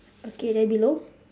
okay then below